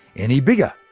any bigger,